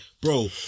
bro